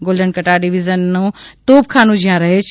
golden Katar ડિવિઝનનું તોપખાનું જયાં રહે છે